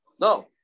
No